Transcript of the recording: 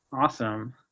awesome